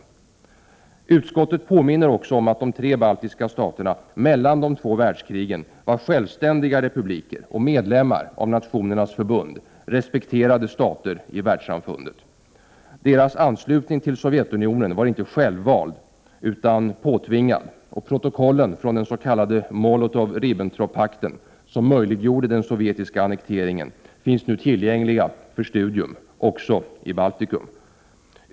23 november 1988 Utskottet påminner också om att de tre baltiska staterna mellan de två : z i Sveri; lati världskrigen var självständiga republiker och medlemmar av Nationernas MR SRS förbund, respekterade stater i världssamfundet. Deras anslutning till Sovjet ; unionen var inte självvald utan påtvingad, och protokollen från den s.k. Molotov—Ribbentropp-pakten, som möjliggjorde den sovjetiska annekteringen, finns nu tillgängliga för studium, också i Baltikum.